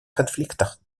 конфликтах